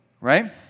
right